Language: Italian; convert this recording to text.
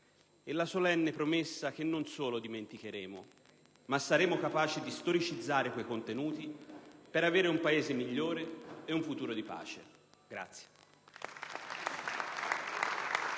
e la solenne promessa che non solo non dimenticheremo, ma saremo capaci di storicizzare quei contenuti per avere una Paese migliore e un futuro di pace.